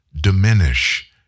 diminish